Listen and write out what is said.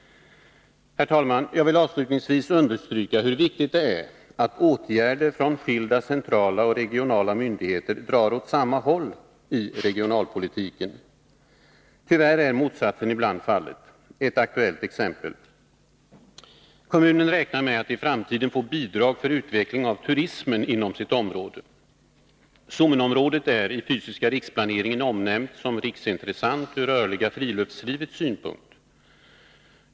Herr talman! Jag vill avslutningsvis understryka hur viktigt det är att åtgärder från skilda centrala och regionala myndigheter drar åt samma håll i regionalpolitiken. Tyvärr är motsatsen ibland fallet. Jag vill nämna ett aktuellt exempel. Ydre kommun räknar med att i framtiden få bidrag för utveckling av turismen inom sitt område. Sommenområdet är i den fysiska riksplaneringen omnämnt som riksintressant från det rörliga friluftslivets synpunkt.